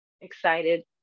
excited